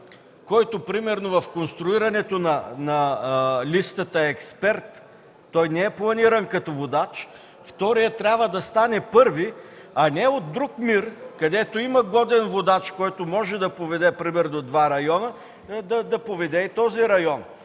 който например, в конструирането на листата е експерт, той не е планиран като водач, вторият трябва да стане първи, а не от друг МИР, където има годен водач, който може да поведе, примерно, два района, да поведе и този район?